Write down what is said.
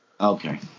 Okay